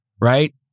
right